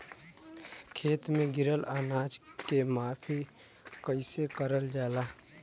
खेत में गिरल अनाज के माफ़ी कईसे करल जाला?